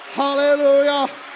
hallelujah